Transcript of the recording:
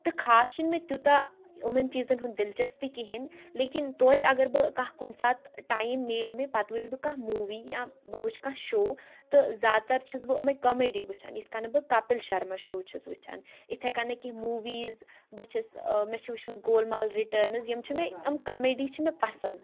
تہٕ خاص چھُنہٕ مےٚ تیوٗتاہ یِمَن چیٖزَن ہُنٛد دِلچَسپی کِہیٖنۍ لیکِن تویتہِ اگر بہٕ کانٛہہ کُنہِ ساتہٕ ٹایم میلہِ مےٚ پَتہٕ وٕچھ بہٕ کانٛہہ موٗوی یا بہٕ وٕچھ کانٛہہ شو تہٕ زیادٕ تَر چھَس بہٕ یِمَے کمیڈی وٕچھان یِتھ کَنہٕ بہٕ کَپِل شَرما شو چھَس وٕچھان یِتھَے کَنہ کینٛہہ موٗویٖز بہٕ چھَس مےٚ چھِ وٕچھمٕژ گول مال رِٹٲنٕز یِم چھِ مےٚ یِم کمیڈی چھِ مےٚ پَسنٛد